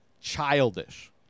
childish